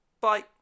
Bye